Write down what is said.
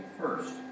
First